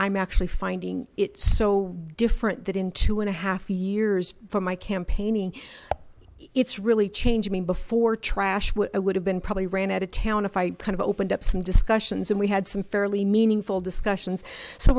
i'm actually finding it so different that in two and a half years from my campaigning it's really changed me before trash i would have been probably ran out of town if i kind of opened up some discussions and we had some fairly meaningful discussions so